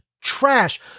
trash